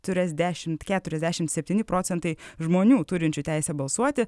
keturiasdešimt keturiasdešimt septyni procentai žmonių turinčių teisę balsuoti